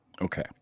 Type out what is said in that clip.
Okay